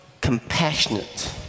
compassionate